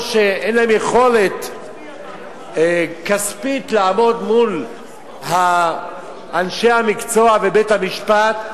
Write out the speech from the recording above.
או שאין להם יכולת כספית לעמוד מול אנשי המקצוע ובית-המשפט,